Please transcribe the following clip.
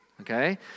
okay